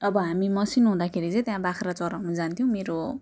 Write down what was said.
अब हामी मसिनो हुँदाखेरि चाहिँ त्यहाँ बाख्रा चराउन जान्थ्यौँ मेरो